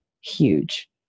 huge